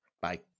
Bye